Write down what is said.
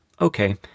okay